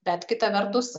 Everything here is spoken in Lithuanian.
bet kita vertus